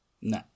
No